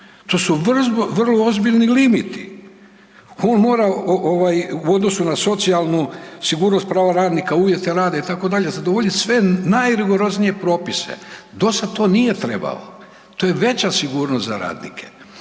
To su vrlo ozbiljni limiti. On mora u odnosu na socijalnu sigurnost prava radnika, uvjete rada itd. zadovoljiti sve najrigoroznije propise. Do sada to nije trebao. To je veća sigurnost za radnike.